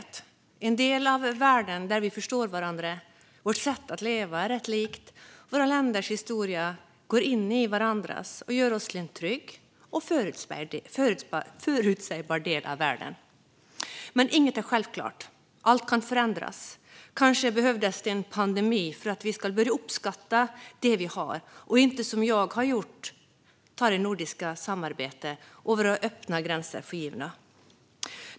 Det är en del av världen där vi förstår varandra, där våra sätt att leva är rätt lika och där våra länders historia går in i varandra. Det gör oss till en trygg och förutsägbar del av världen. Men inget är självklart, utan allt kan förändras. Kanske behövdes det en pandemi för att vi skulle börja uppskatta det vi har och inte, som jag har gjort, ta vårt nordiska samarbete och våra öppna gränser för givet.